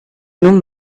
non